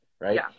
Right